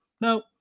No